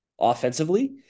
offensively